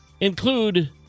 include